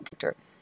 character